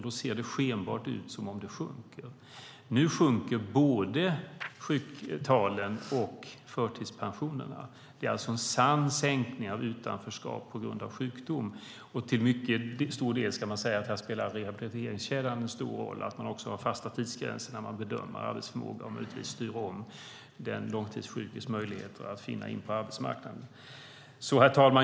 Det ser då ut som om sjuktalen sjunker. Nu sjunker både sjuktalen och förtidspensionerna. Det är alltså en sann minskning av utanförskap på grund av sjukdom. Rehabiliteringskedjan spelar en stor roll och att man har fasta tidsgränser när man bedömer arbetsförmåga och styr om den långtidssjukes möjligheter att komma in på arbetsmarknaden.